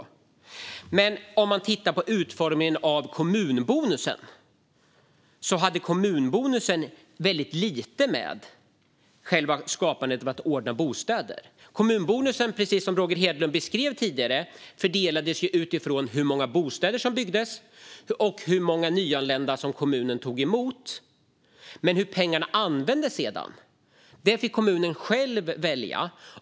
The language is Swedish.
Riksrevisionens rapporter om stödet till kommuner för ökat bo-stadsbyggande och om stöd till renovering och energieffektivisering Men om man tittar på utformningen av kommunbonusen ser man att den hade väldigt lite att göra med att skapa och ordna bostäder. Kommunbonusen fördelades, precis som Roger Hedlund beskrev tidigare, utifrån hur många bostäder som byggdes och hur många nyanlända som kommunen tog emot. Men hur pengarna sedan användes fick kommunen själv välja.